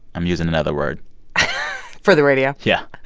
i'm using another word for the radio? yeah